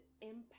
impact